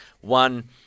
One